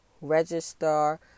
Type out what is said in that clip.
Register